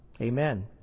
Amen